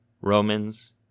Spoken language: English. Romans